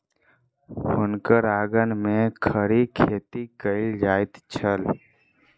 हुनकर आंगन में खड़ी खेती कएल जाइत छल